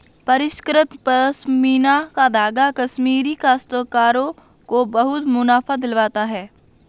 परिष्कृत पशमीना का धागा कश्मीरी काश्तकारों को बहुत मुनाफा दिलवाता है